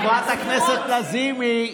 חברת הכנסת לזימי,